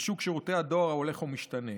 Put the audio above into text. בשוק שירותי הדואר ההולך ומשתנה,